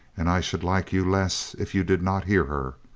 and i should like you less if you did not hear her.